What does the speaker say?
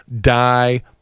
Die